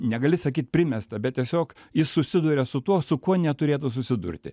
negali sakyt primesta bet tiesiog jis susiduria su tuo su kuo neturėtų susidurti